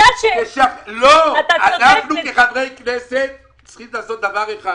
אנחנו כחברי כנסת צריכים לעשות דבר אחד,